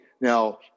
Now